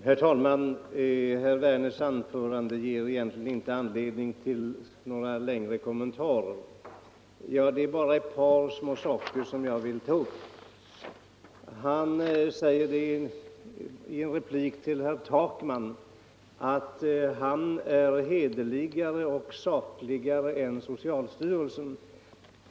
Herr talman! Herr Werners i Malmö anförande ger egentligen inte anledning till några längre kommentarer; det är bara ett par små saker som jag vill ta upp. Han säger i en replik till herr Takman att denne är hederligare och sakligare än socialstyrelsen.